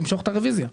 תמשוך את הרוויזיה.